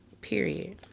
Period